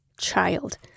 child